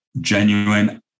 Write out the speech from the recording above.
genuine